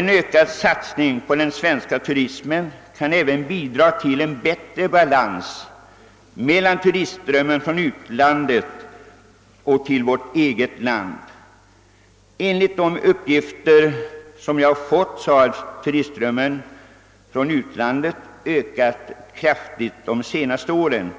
En ökad satsning på den svenska turismen kan även bidra till en bättre balans mellan turistströmmen från och till utlandet. Enligt de uppgifter jag fått har turistströmmen från utlandet ökat kraftigt under de senaste åren.